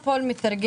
הצווים